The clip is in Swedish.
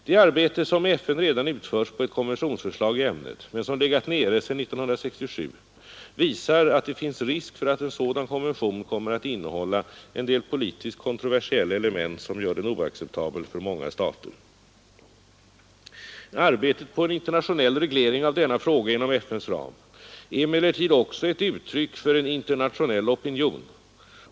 Det arbete, som i FN redan utförts på ett konventionsförslag i ämnet men som legat nere sedan 1967, visar att det finns risk för att en sådan konvention kommer att innehålla en del politiskt kontroversiella element, som gör den oacceptabel för många stater. Arbetet på en internationell reglering av denna fråga inom FN:s ram är emellertid även ett uttryck för en internationell opinion.